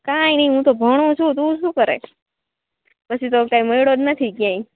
કાંઇ નઇ હુંતો ભણું છું તું શું કરે પસી તો ક્યાંય મયળ્યો જ નથી ક્યાંય